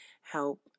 help